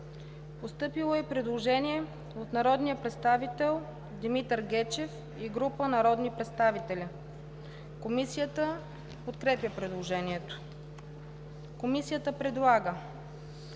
Постъпило е предложение от народния представител Димитър Гечев и група народни представители. Комисията подкрепя предложението. Комисията предлага